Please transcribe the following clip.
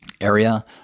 area